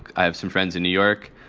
i have some friends in new york,